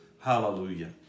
Hallelujah